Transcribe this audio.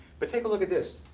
but take a look at this.